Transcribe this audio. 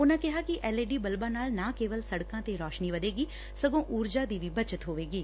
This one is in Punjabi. ਉਨੂਂ ਕਿਹਾ ਕਿ ਐਲ ਈ ਡੀ ਬਲੱਬਾਂ ਨਾਲ ਨਾ ਕੇਵਲ ਸੜਕਾਂ ਤੇ ਰੋਸ਼ਨੀ ਵਧੇਗੀ ਸਗੋਂ ਉਰਜਾ ਦੀ ਬੱਚਤ ਵੀ ਹੋਏਗੀ